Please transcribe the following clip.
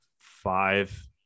five